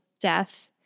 death